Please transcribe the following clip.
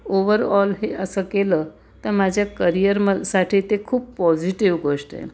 overall हे असं केलं त माझ्या करियर म साठी ते खूप पॉझिटिव्ह गोष्ट आहे